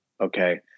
Okay